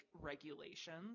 regulations